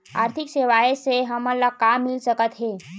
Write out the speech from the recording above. आर्थिक सेवाएं से हमन ला का मिल सकत हे?